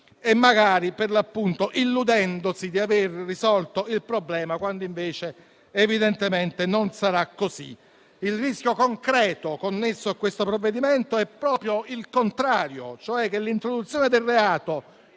e magari illudendosi di aver risolto il problema, quando invece non sarà così. Il rischio concreto connesso a questo provvedimento è proprio il contrario, cioè che l'introduzione del reato